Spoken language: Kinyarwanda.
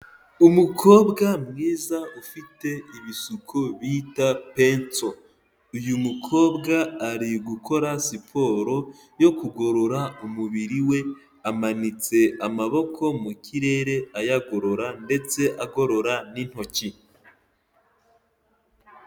Umukobwa mwiza ufite ibisuko bita penso. Uyu mukobwa ari gukora siporo yo kugorora umubiri we, amanitse amaboko mu kirere ayagorora ndetse agorora n'intoki.